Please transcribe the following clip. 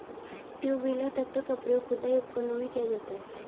to wheeler tractor का प्रयोग खुदाई उपकरणों में किया जाता हैं